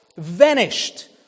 vanished